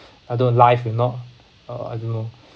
although life will not uh I don't know